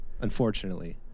unfortunately